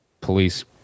police